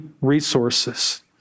resources